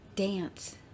dance